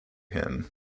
him